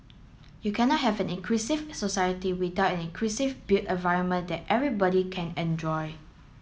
you cannot have an inclusive society without an inclusive built environment that everybody can enjoy